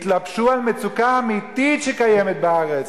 התלבשו על מצוקה אמיתית שקיימת בארץ.